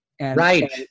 Right